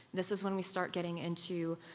this is when we start getting into